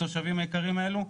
התושבים היקרים האלו.